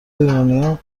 ایرانیا